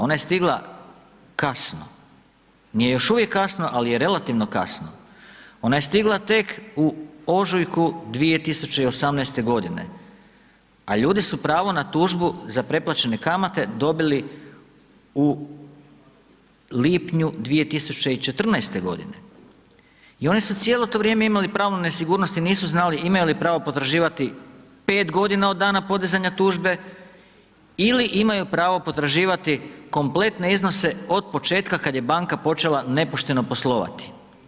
Ona je stigla kasno, nije još uvijek kasno, ali je relativno kasno, ona je stigla tek u ožujku u 2018. g. a ljudi su pravo na tužbu za preplaćene kamate dobili u lipnju 2014. g. i oni su cijelo to vrijeme imali pravo nesigurnosti, nisu znali imaju li pravo potraživati, 5 g. od dana podizanja tužbe ili imaju pravo potraživati kompletne iznose, od početka, kada je banka počela nepošteno poslovati?